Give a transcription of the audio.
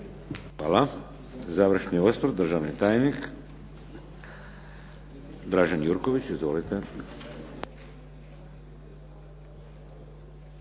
Hvala. Završni osvrt, državni tajnik Dražen Jurković. Izvolite.